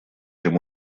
чем